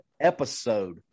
episode